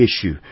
issue